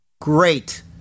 Great